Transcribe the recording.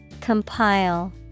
Compile